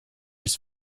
his